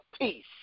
Peace